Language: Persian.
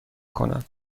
کند